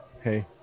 Hey